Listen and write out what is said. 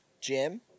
Jim